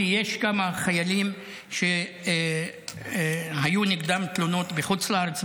כי יש כמה חיילים שהיו נגדם תלונות בחוץ לארץ,